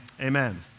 amen